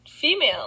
female